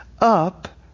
up